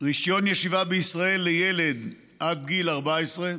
רישיון ישיבה בישראל לילד עד גיל 14,